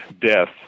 death